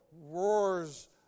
roars